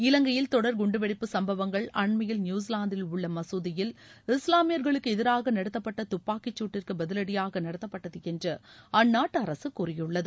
இலங்கையில் தொடர் குண்டுவெடிப்பு சும்பவங்கள் அண்மையில் நியுசிலாந்தில் உள்ள மசூதியில் இஸ்லாமியர்களுக்கு எதிராக நடத்தப்பட்ட துப்பாக்கிச்சுட்டிற்கு பதிவடியாக நடத்தப்பட்டது என்று அந்நாட்டு அரசு கூறியுள்ளது